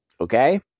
Okay